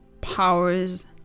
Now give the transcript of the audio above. powers